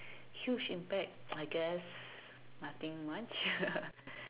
huge impact I guess nothing much